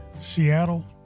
Seattle